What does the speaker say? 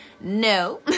No